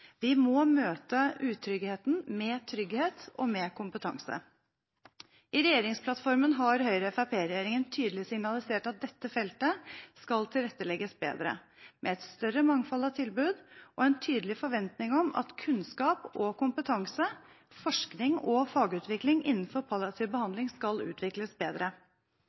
Vi må møte utryggheten med trygghet og kompetanse. I regjeringsplattformen har Høyre–Fremskrittsparti-regjeringen tydelig signalisert at dette feltet skal tilrettelegges bedre, med et større mangfold av tilbud og en tydelig forventning om at kunnskap og kompetanse, forskning og fagutvikling innenfor palliativ behandling skal utvikles bedre.